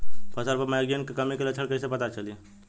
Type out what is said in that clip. फसल पर मैगनीज के कमी के लक्षण कइसे पता चली?